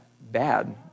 bad